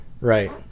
Right